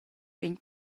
vegn